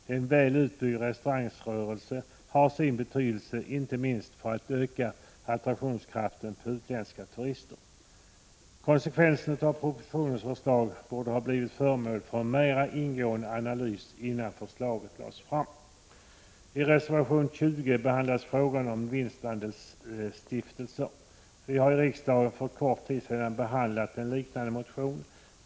En väl utbyggd restaurangrörelse har sin betydelse, inte minst för att öka vår attraktionskraft för utländska turister. Konsekvenserna av förslaget i propositionen borde ha blivit föremål för en mera ingående analys innan förslaget lades fram. I reservation 20 behandlas frågan om vinstandelsstiftelser. Vi har i riksdagen för kort tid sedan behandlat en liknande motion.